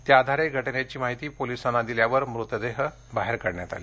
त्याआधारे या घटनेची माहिती पोलिसांना दिल्यावर मृतदेह बाहेर काढण्यात आले